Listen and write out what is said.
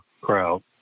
crowd